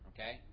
Okay